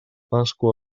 pasqua